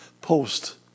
post